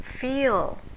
feel